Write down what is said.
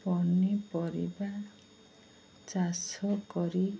ପନିପରିବା ଚାଷ କରି